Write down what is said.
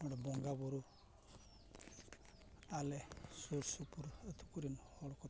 ᱚᱸᱰᱮ ᱵᱚᱸᱜᱟ ᱵᱩᱨᱩ ᱟᱞᱮ ᱥᱩᱨ ᱥᱩᱯᱩᱨ ᱟᱛᱳ ᱠᱚᱨᱮᱱ ᱦᱚᱲ ᱠᱚᱛᱮ